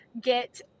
get